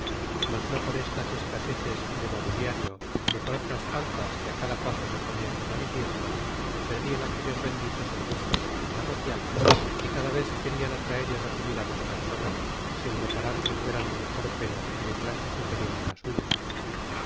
mas no por estas escaseces de mobiliario ni por otras faltas que a cada paso se ponían de manifiesto perdían aquellos benditos el gusto de la vida social y cada vez querían atraer y recibir a más personas sin reparar que fueran de mejor pelo y de clase superior a la suya